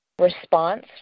response